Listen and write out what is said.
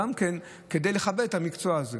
גם כדי לכבד את המקצוע הזה.